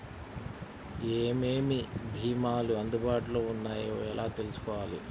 ఏమేమి భీమాలు అందుబాటులో వున్నాయో ఎలా తెలుసుకోవాలి?